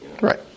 Right